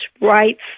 rights